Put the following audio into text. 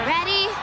Ready